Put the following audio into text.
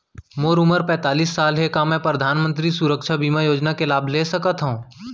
मोर उमर पैंतालीस साल हे का मैं परधानमंतरी सुरक्षा बीमा योजना के लाभ ले सकथव?